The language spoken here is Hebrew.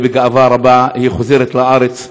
בגאווה רבה היא חוזרת לארץ,